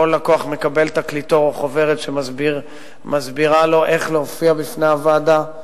כל לקוח מקבל תקליטור או חוברת שמסבירה לו איך להופיע בפני הוועדה.